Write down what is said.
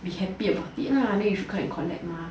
be happy about it lah then you should come and collect mah